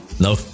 no